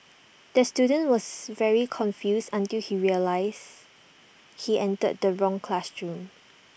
the student was very confused until he realised he entered the wrong classroom